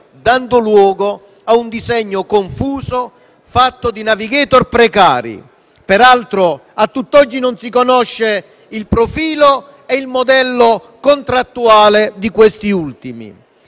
dando luogo a un disegno confuso, fatto di *navigator* precari (di cui peraltro a tutt'oggi non si conosce il profilo e il modello contrattuale), e a